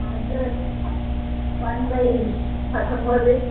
address one by பத்தம்பது